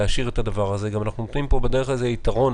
אנחנו גם נותנים יתרון